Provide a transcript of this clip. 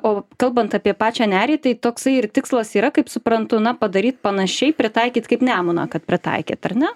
o kalbant apie pačią nerį tai toksai ir tikslas yra kaip suprantu na padaryt panašiai pritaikyt kaip nemuną kad pritaikėt ar ne